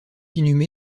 inhumé